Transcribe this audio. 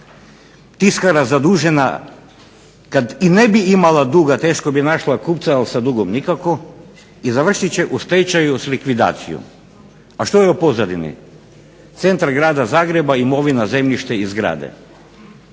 Tiskara zadužena kada i ne bi imala duga teško bi našla kupca, ali sa dugom nikako, i završit će u stečaju uz likvidaciju. A što je u pozadini? Centar grada Zagreba, imovina, zemljište i zgrade.